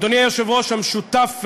אדוני היושב-ראש, המשותף לכולם,